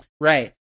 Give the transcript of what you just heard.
Right